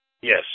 Yes